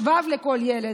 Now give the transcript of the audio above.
שבב לכל ילד,